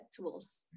tools